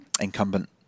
incumbent